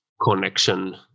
connection